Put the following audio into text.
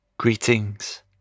Greetings